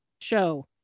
show